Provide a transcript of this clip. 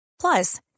plus